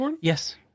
Yes